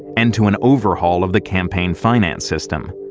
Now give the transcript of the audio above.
and to an overhaul of the campaign finance system.